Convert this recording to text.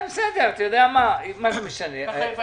בסדר, מה זה משנה?